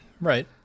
right